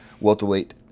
welterweight